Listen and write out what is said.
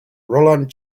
roland